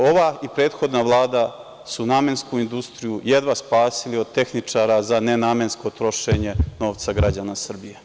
Ova i prethodna Vlada su namensku industriju jedva spasili od tehničara za nenamensko trošenje novca građana Srbije.